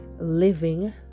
living